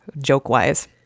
joke-wise